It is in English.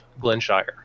Glenshire